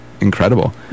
incredible